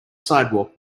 sidewalk